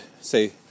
say